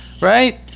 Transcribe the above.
Right